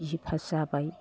B A pass जाबाय